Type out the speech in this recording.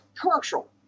commercial